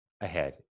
ahead